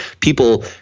people